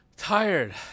Tired